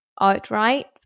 outright